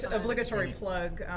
obligatory plug.